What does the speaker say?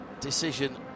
decision